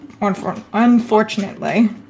Unfortunately